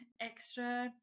extra